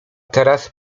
teraz